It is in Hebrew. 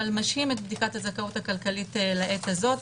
אבל משהים את בדיקת הזכאות הכלכלית לעת הזאת,